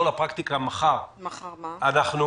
מחר אנחנו